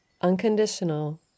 Unconditional